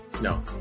No